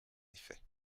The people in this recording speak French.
effet